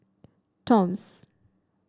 toms